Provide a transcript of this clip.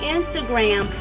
Instagram